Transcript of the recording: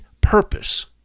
purpose